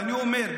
ואני אומר,